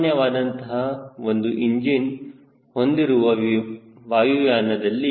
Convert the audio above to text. ಸಾಮಾನ್ಯ ವಾದಂತಹ ಒಂದು ಇಂಜಿನ್ ಹೊಂದಿರುವ ವಾಯುಯಾನದಲ್ಲಿ ಅದು 4